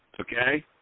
Okay